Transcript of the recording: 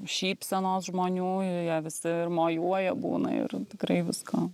šypsenos žmonių jie visi ir mojuoja būna ir tikrai visko